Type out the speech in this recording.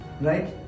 right